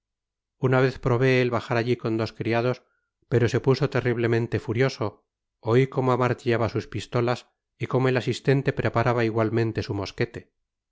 una vez probé el bajar alli con dos criados pero se puso terriblemente furioso oi como amartillaba sus pistolas y como el asistente preparaba igualmente su mosquete